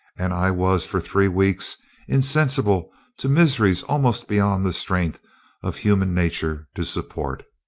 and i was for three weeks insensible to miseries almost beyond the strength of human nature to support.